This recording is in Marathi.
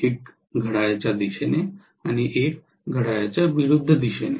एक घड्याळाच्या दिशेने एक घड्याळाच्या विरूद्ध दिशेने